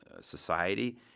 society